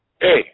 Hey